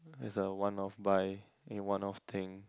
is a one off buy in one off thing